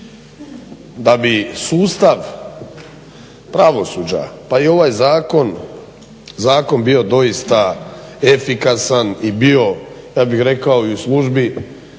Da bi sustav pravosuđa, pa i ovaj zakon, zakon bio doista efikasan i bio ja bih rekao i u službi